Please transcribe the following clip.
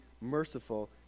merciful